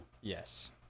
Yes